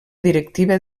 directiva